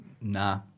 nah